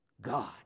God